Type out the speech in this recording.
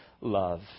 love